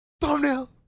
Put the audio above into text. Thumbnail